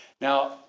Now